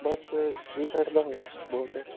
ਬਸ ਵੀਹ ਸੱਠ ਦਾ ਹੋਜੇ ਬਹੁਤ ਹੈ